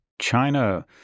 China